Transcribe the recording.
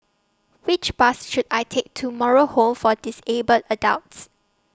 Which Bus should I Take to Moral Home For Disabled Adults